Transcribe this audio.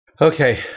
Okay